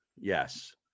Yes